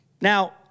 Now